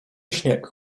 śnieg